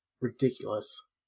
ridiculous